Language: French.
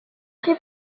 tri